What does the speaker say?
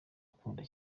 agukunda